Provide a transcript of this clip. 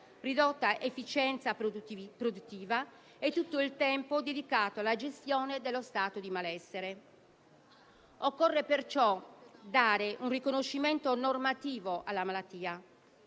ridotta efficienza produttiva e a tutto il tempo dedicato alla gestione dello stato di malessere. Occorre pertanto dare un riconoscimento normativo alla malattia: